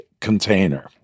container